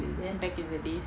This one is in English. back in the day